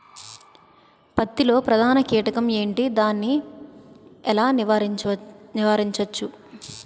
పత్తి లో ప్రధాన కీటకం ఎంటి? దాని ఎలా నీవారించచ్చు?